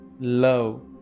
love